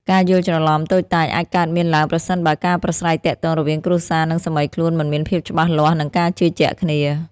ការយល់ច្រឡំតូចតាចអាចកើតមានឡើងប្រសិនបើការប្រាស្រ័យទាក់ទងរវាងគ្រួសារ និងសាមីខ្លួនមិនមានភាពច្បាស់លាស់ និងការជឿជាក់គ្នា។